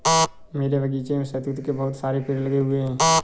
मेरे बगीचे में शहतूत के बहुत सारे पेड़ लगे हुए हैं